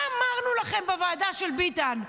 מה אמרנו לכם בוועדה של ביטן?